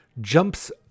Jumps